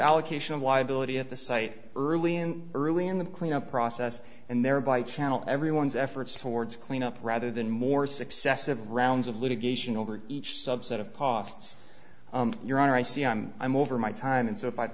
allocation of liability at the site early in early in the cleanup process and thereby channel everyone's efforts towards cleanup rather than more successive rounds of litigation over each subset of costs your honor i see i'm i'm over my time and so if i